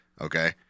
Okay